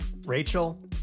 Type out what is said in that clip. Rachel